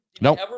Nope